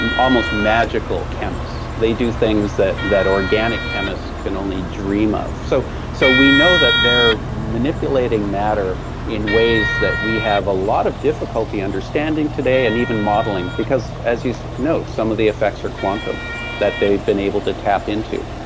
and almost magical chemist. they do things that that organic chemists can only dream of. so so we know that they're manipulating matter in ways that we have a lot of difficulty understanding today and even modeling because as you know, some of the effects are quantum that they've been able to tap into.